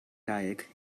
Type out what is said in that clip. kayak